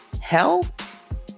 health